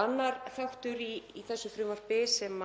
annar þáttur í þessu frumvarpi sem